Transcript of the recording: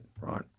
right